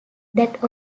that